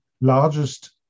largest